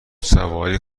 سواری